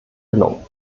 gelungen